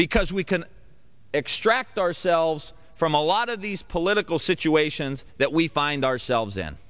because we can extract ourselves from a lot of these political situations that we find ourselves in